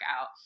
out